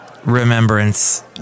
Remembrance